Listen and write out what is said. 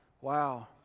Wow